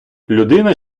людина